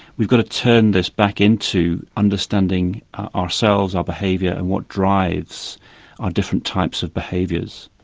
we've got to turn this back into understanding ourselves, our behaviour and what drives our different types of behaviours.